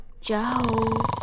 Joe